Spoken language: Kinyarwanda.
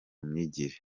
myigire